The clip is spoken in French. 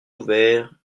ouvert